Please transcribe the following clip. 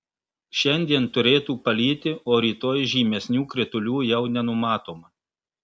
šiandien turėtų palyti o rytoj žymesnių kritulių jau nenumatoma